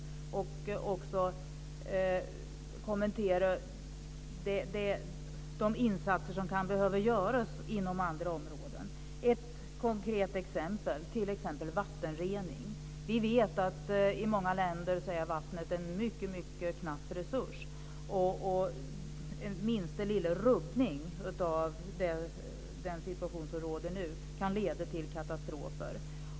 Jag vill också att handelsministern kommenterar de insatser som kan behöva göras inom andra områden. Ett konkret exempel är vattenrening. Vi vet att vatten är en mycket knapp resurs i många länder. Den minsta lilla rubbning av den situation som nu råder kan leda till katastrofer.